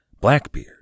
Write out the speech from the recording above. Blackbeard